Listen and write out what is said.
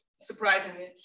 surprisingly